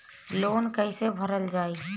Loan कैसे भरल जाइ?